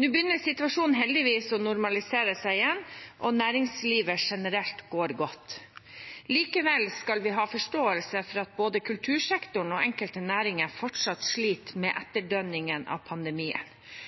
Nå begynner situasjonen heldigvis å normalisere seg igjen, og næringslivet generelt går godt. Likevel skal vi ha forståelse for at både kultursektoren og enkelte næringer fortsatt sliter med etterdønningene av pandemien.